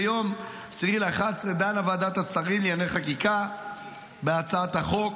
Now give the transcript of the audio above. ביום 10 בנובמבר דנה ועדת השרים לענייני חקיקה בהצעת החוק